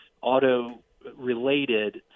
auto-related